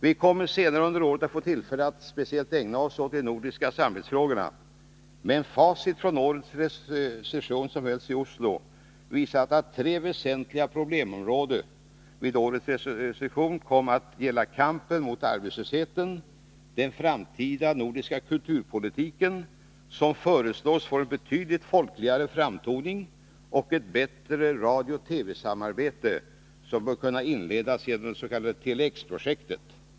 Vi kommer senare under året att få tillfälle att speciellt ägna oss åt de nordiska samarbetsfrågorna, men facit från årets session som hölls i Oslo visar att de tre väsentligaste problemområdena vid årets session kom att gälla kampen emot arbetslösheten, den framtida nordiska kulturpolitiken — som föreslås få en betydligt folkligare framtoning — och ett bättre radiooch TV-samarbete, som bör kunna inledas genom det s.k. Tele-X-projektet.